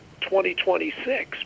2026